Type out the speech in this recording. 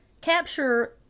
capture